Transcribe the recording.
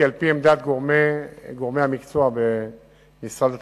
כי על-פי עמדת גורמי המקצוע במשרד התחבורה,